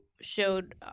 showed